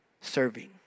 serving